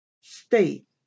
State